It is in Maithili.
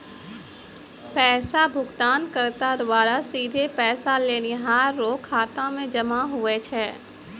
पैसा भुगतानकर्ता द्वारा सीधे पैसा लेनिहार रो खाता मे जमा हुवै छै